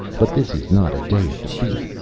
but this is not a day of defeat.